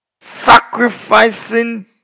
sacrificing